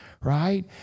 right